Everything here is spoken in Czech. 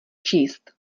číst